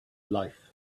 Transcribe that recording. life